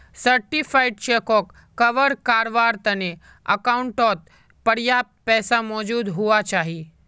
certified चेकोक कवर कारवार तने अकाउंटओत पर्याप्त पैसा मौजूद हुवा चाहि